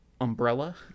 umbrella